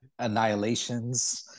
annihilations